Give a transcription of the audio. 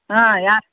ಹಾಂ ಯಾರು